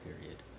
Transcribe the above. period